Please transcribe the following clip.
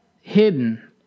hidden